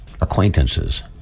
acquaintances